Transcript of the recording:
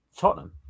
Tottenham